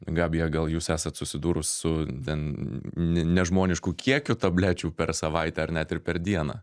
gabija gal jūs esat susidūrus su ten ne nežmonišku kiekiu tablečių per savaitę ar net ir per dieną